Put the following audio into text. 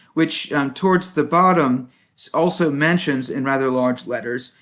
which towards the bottom also mentions in rather large letters,